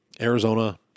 Arizona